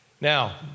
Now